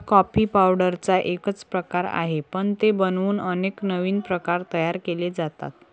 coffee पावडरचा एकच प्रकार आहे, पण ते बनवून अनेक नवीन प्रकार तयार केले जातात